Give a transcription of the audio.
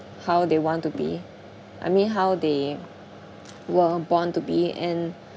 how they want to be I mean how they were born to be and